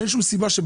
אין סיבה.